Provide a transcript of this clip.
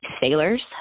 sailors